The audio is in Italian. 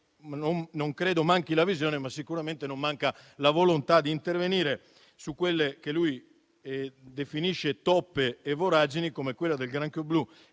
non credo manchi la visione e sicuramente non manca la volontà di intervenire su quelle che lui definisce toppe e voragini, come quella del granchio blu